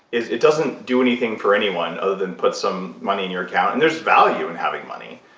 it doesn't do anything for anyone other than put some money in your account, and there's value in having money,